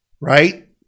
right